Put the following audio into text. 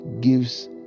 gives